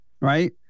Right